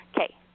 Okay